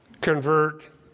convert